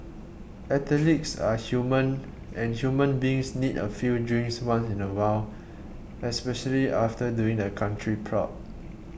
athletes are human and human beings need a few drinks once in a while especially after doing the country proud